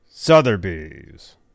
Sotheby's